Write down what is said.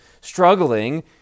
struggling